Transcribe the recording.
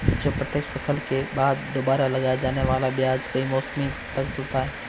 जो प्रत्येक फसल के बाद दोबारा लगाए जाने के बजाय कई मौसमों तक चलती है